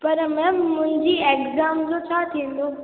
पर मैम मुंहिंजी एग्ज़ाम जो छा थींदो